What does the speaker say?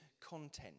content